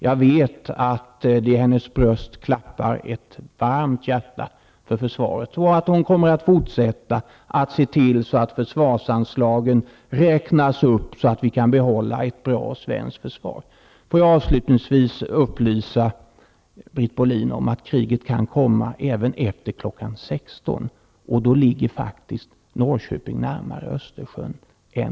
Jag vet att det i hennes bröst klappar ett varmt hjärta för försvaret och att hon kommer att fortsätta att se till att försvarsanslagen räknas upp så att vi kan behålla ett bra svenskt försvar. Jag vill avslutningsvis upplysa Britt Bohlin om att kriget kan komma även efter kl. 16.00. Då ligger faktiskt Norrköping närmare Östersjön än